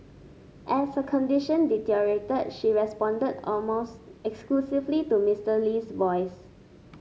as her condition deteriorated she responded almost exclusively to Mister Lee's voice